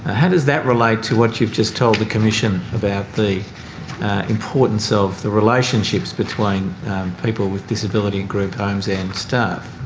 how does that relate to what you've just told the commission about the importance of the relationships between people with disability in group homes and staff?